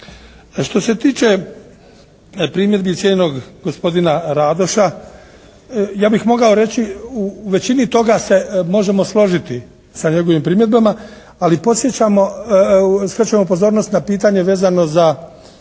Što se tiče primjedbi cijenjenog gospodina Radoša. Ja bih mogao reći u većini toga se možemo složiti sa njegovim primjedbama. Ali, podsjećamo, skrećemo pozornost na pitanje vezano za